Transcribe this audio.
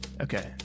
Okay